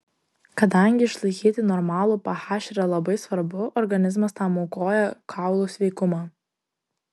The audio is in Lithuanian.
kadangi išlaikyti normalų ph yra labai svarbu organizmas tam aukoja kaulų sveikumą